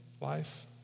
life